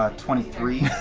ah twenty three.